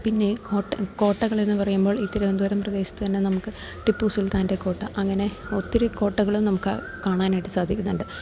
പിന്നെ ഈ കോട്ട കോട്ടകളെന്ന് പറയുമ്പോൾ ഇ തിരുവനന്തപുരം പ്രദേശത്ത് തന്നെ നമുക്ക് ടിപ്പു സുൽത്താൻ്റെ കോട്ട അങ്ങനെ ഒത്തിരി കോട്ടകളും നമുക്ക് കാണാനായിട്ട് സാധിക്കുന്നുണ്ട്